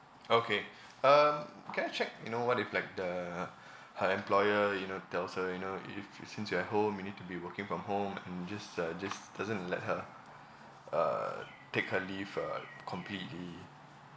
okay um can I check you know what if like the her employer you know tells her you know if since you're at home you need to be working from home and just uh just doesn't let her uh take her leave uh completely